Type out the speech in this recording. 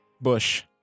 Bush